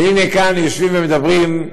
יושבים ומדברים,